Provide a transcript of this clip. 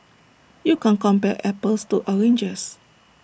you can't compare apples to oranges